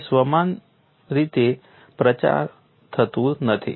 તે સ્વ સમાન રીતે પ્રચાર કરતું નથી